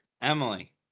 Emily